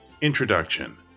Introduction